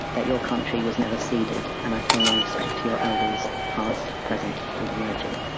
that your country was never ceded, and i pay my respect to your elders past, present and emerging.